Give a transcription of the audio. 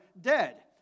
dead